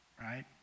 right